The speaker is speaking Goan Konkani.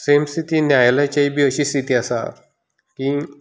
सेम स्थिती न्यायालयाचीय बी अशी स्थिती आसा की